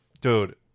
Dude